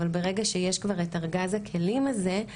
אבל ברגע שיש כבר את ארגז הכלים הזה,